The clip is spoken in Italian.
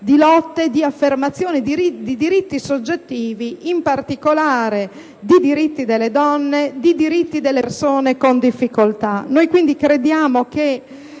di lotte per l'affermazione di diritti soggettivi, in particolare di diritti delle donne e delle persone con difficoltà. Quindi, crediamo che